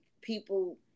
people